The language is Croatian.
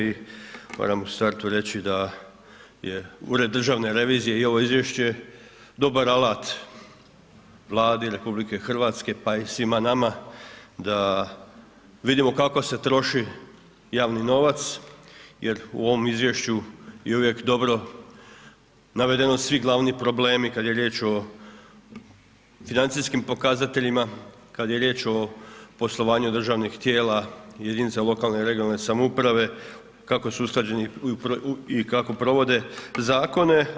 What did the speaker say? I moram u startu reći da je Ured državne revizije i ovo izvješće dobar alat Vladi RH pa i svima nama da vidimo kako se troši javni novac jer u ovom izvješću je uvijek dobro navedeno svi glavni problemi kada je riječ o financijskim pokazateljima, kada je riječ o poslovanju državnih tijela jedinica lokalne i regionalne samouprave, kako su usklađeni i kako provode zakone.